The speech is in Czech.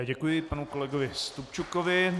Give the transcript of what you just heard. Děkuji panu kolegovi Stupčukovi.